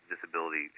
Disability